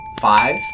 five